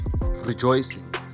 rejoicing